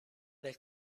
del